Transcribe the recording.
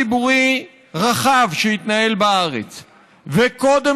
הצעת החוק עברה בקריאה ראשונה ותועבר